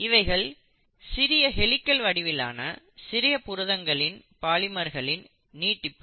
இவைகள் சிறிய ஹெலிகள் வடிவிலான சிறிய புரதங்களின் பாலிமர்களின் நீட்டிப்பு